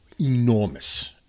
enormous